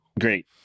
Great